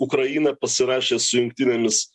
ukraina pasirašė su jungtinėmis